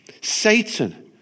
Satan